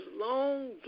long